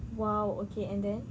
!wow! okay and then